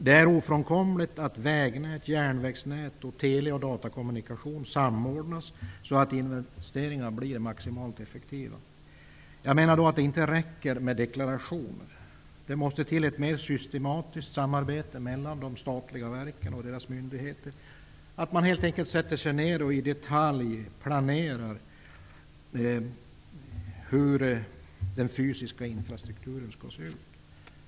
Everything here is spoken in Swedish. Det är ofrånkomligt att vägnät, järnvägsnät samt tele och datakommunikation samordnas, så att investeringar blir maximalt effektiva. Det räcker inte med deklarationer. Det måste till ett mer systematiskt samarbete mellan de statliga verken och deras myndigheter. Man måste helt enkelt sätta sig ner för att i detalj planera utseendet på den fysiska infrastrukturen.